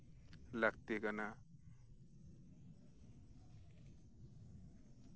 ᱞᱟᱹᱠᱛᱤ ᱠᱟᱱᱟ